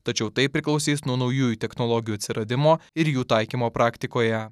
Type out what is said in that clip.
tačiau tai priklausys nuo naujųjų technologijų atsiradimo ir jų taikymo praktikoje